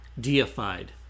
deified